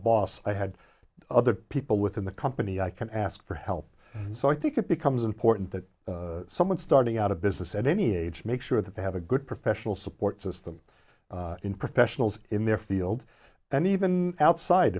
boss i had other people within the company i can ask for help and so i think it becomes important that someone starting out a business at any age make sure that they have a good professional support system in professionals in their field and even outside